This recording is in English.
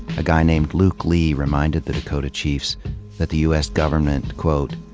a guy named luke lea reminded the dakota chiefs that the us government quote,